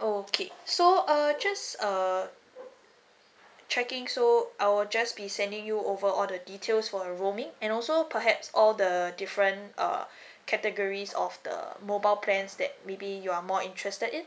okay so uh just uh checking so I will just be sending you over all the details for a roaming and also perhaps all the different uh categories of the mobile plans that maybe you are more interested in